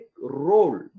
role